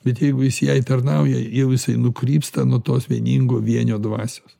bet jeigu jis jai tarnauja jau jisai nukrypsta nuo tos vieningo vienio dvasios